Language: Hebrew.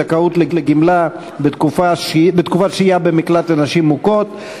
זכאות לגמלה בתקופת שהייה במקלט לנשים מוכות),